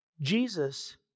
Jesus